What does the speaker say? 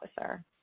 Officer